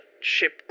ship